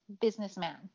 businessman